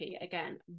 again